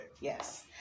Yes